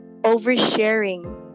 oversharing